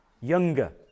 younger